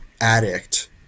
addict—